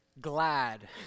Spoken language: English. glad